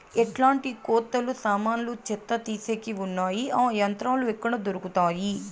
ఎట్లాంటి కోతలు సామాన్లు చెత్త తీసేకి వున్నాయి? ఆ యంత్రాలు ఎక్కడ దొరుకుతాయి?